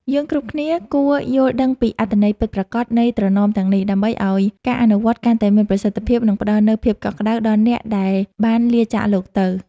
យើងគ្រប់គ្នាគួរយល់ដឹងពីអត្ថន័យពិតប្រាកដនៃត្រណមទាំងនេះ ដើម្បីឱ្យការអនុវត្តកាន់តែមានប្រសិទ្ធភាព និងផ្តល់នូវភាពកក់ក្តៅដល់អ្នកដែលបានលាចាកលោកទៅ។